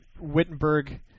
Wittenberg